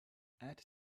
add